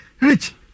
Rich